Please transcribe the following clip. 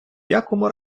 якому